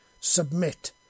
Submit